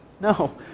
No